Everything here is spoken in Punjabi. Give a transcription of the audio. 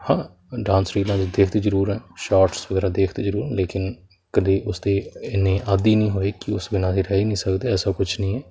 ਹਾਂ ਡਾਂਸ ਰੀਲਾਂ ਦੇਖਦੇ ਜ਼ਰੂਰ ਹਾਂ ਸ਼ੋਟਸ ਵਗੈਰਾ ਦੇਖਦੇ ਜ਼ਰੂਰ ਲੇਕਿਨ ਕਦੇ ਉਸਦੇ ਇੰਨੇ ਆਦੀ ਨਹੀਂ ਹੋਏ ਕਿ ਉਸ ਬਿਨਾਂ ਅਸੀਂ ਰਹਿ ਹੀ ਨਹੀਂ ਸਕਦੇ ਐਸਾ ਕੁਛ ਨਹੀਂ ਹੈ